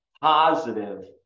positive